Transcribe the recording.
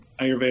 Ayurveda